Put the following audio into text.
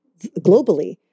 globally